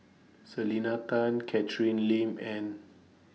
Selena Tan Catherine Lim and